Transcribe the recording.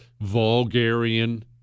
vulgarian